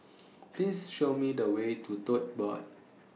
Please Show Me The Way to Tote Board